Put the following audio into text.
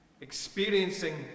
experiencing